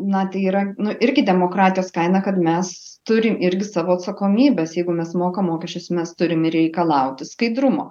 na tai yra nu irgi demokratijos kaina kad mes turim irgi savo atsakomybes jeigu mes mokam mokesčius mes turim ir reikalauti skaidrumo